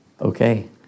okay